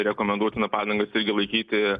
rekomenduotina padangas irgi laikyti